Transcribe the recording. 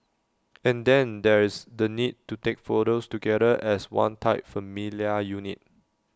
and then there is the need to take photos together as one tight familial unit